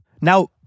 Now